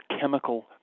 chemical